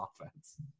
offense